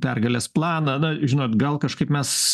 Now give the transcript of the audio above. pergalės planą na žinot gal kažkaip mes